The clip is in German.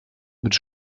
mit